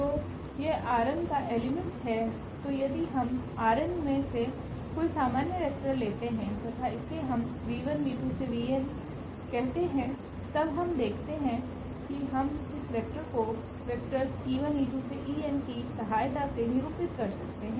तो यह का एलिमेंट है तो यदि हम में से कोई सामान्य वेक्टर लेते है तथा इसे हम कहते है तब हम देखते है की हम इस वेक्टर को वेक्टोर्सकी सहायता से निरुपित कर सकते है